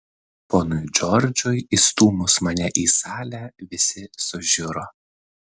ponui džordžui įstūmus mane į salę visi sužiuro